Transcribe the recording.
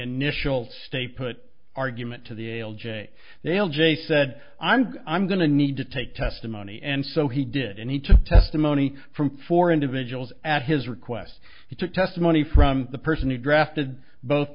initial stay put argument to the l j they'll jay said and i'm going to need to take testimony and so he did and he took testimony from four individuals at his request he took testimony from the person who drafted both